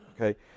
okay